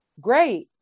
Great